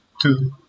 two